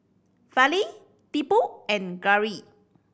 Fali Tipu and Gauri